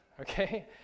Okay